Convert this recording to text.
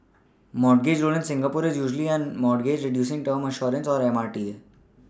mortgage loan in Singapore is usually known as mortgage Reducing term Assurance or M R T A